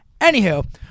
anywho